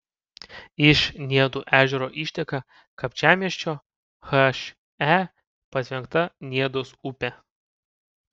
iš niedų ežero išteka kapčiamiesčio he patvenkta niedos upė